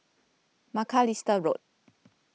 Macalister Road